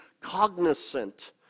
cognizant